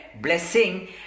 blessing